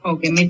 Okay